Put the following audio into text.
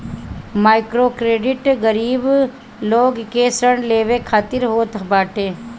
microcredit गरीब लोग के ऋण लेवे खातिर होत बाटे